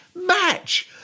match